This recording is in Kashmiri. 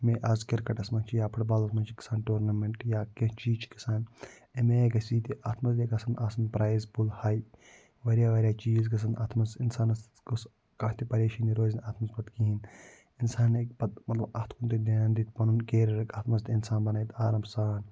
مےٚ آز فُٹ بالَس مَنٛز چھِ یا کِرکَٹَس مَنٛز چھ گَژھان ٹورنَمیٚنٹ یا کینٛہہ چیٖز چھِ گَژھان امہِ آیہِ گَژھِ یہِ تہِ اتھ مَنٛز تہِ گَژھَن آسٕن پرایز پُل ہاے واریاہ واریاہ چیٖز گَژھَن اتھ مَنٛز اِنسانَس گوٚژھ کانٛہہ تہِ پریشٲنی روزِ نہٕ پَتہٕ کِہیٖنۍ اِنسان ہیٚکہِ پَتہٕ مَطلَب اتھ کُن تہِ دھیان دِتھ پَنُن کیریر ہیٚکہِ اتھ مَنٛز تہِ بَنٲیِتھ آرام سان